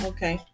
Okay